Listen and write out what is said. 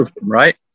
right